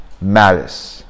malice